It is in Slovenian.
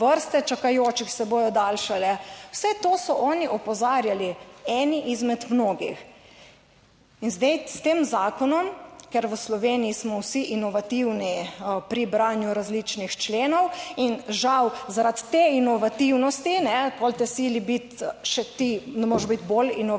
vrste čakajočih se bodo daljšale. Vse to so oni opozarjali, eni izmed mnogih. In zdaj s tem zakonom, ker v Sloveniji smo vsi inovativni pri branju različnih členov in žal zaradi te inovativnosti pol te sili biti, še ti ne moreš biti bolj inovativen,